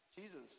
Jesus